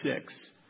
six